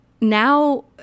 now